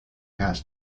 has